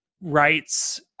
rights